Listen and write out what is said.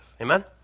Amen